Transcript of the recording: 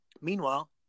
Meanwhile